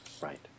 Right